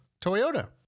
Toyota